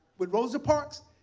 with rosa parks,